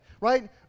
right